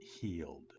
healed